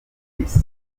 miss